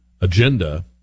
agenda